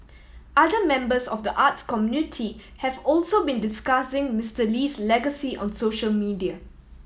other members of the arts community have also been discussing Mister Lee's legacy on social media